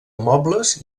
mobles